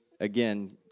again